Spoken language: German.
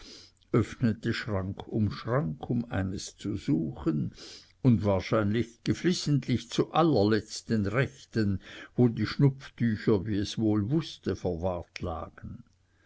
öffnete schrank um schrank um eines zu suchen und wahrscheinlich geflissentlich zu allerletzt den rechten wo die schnupftücher wie es wohl wußte verwahrt lagen